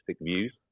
views